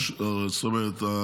זאת אומרת,